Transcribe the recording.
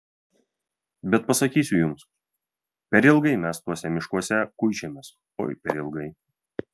bet pasakysiu jums per ilgai mes tuose miškuose kuičiamės oi per ilgai